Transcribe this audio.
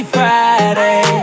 Friday